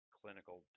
clinical